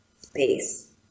space